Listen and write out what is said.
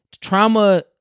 trauma